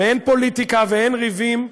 ואין פוליטיקה ואין ריבים,